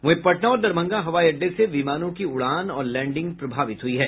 वहीं पटना और दरभंगा हवाई अड्डे से विमानों की उड़ान और लैंडिंग प्रभावित हुई है